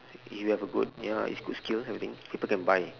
if you have a good ya it's good skills I think people can buy